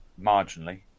marginally